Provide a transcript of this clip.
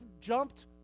jumped